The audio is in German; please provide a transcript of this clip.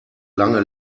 lange